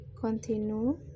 continue